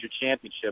championship